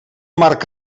marc